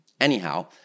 Anyhow